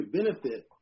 benefit